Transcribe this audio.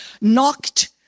knocked